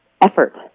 effort